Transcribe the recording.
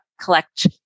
collect